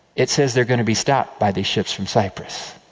it says they are going to be stopped by these ships from cyprus.